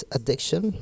Addiction